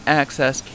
access